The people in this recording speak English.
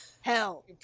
Hell